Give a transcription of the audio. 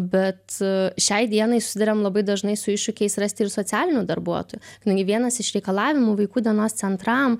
bet šiai dienai susiduriam labai dažnai su iššūkiais rasti ir socialinių darbuotojų kadangi vienas iš reikalavimų vaikų dienos centram